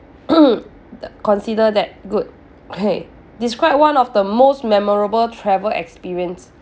th~ consider that good okay describe one of the most memorable travel experience